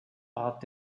art